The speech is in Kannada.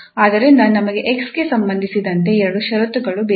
ಆದ್ದರಿಂದ ನಮಗೆ 𝑥 ಗೆ ಸಂಬಂಧಿಸಿದಂತೆ ಎರಡು ಷರತ್ತುಗಳು ಬೇಕು